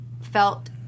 felt